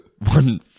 one